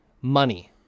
Money